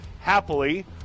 happily